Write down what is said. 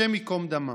השם ייקום דמם.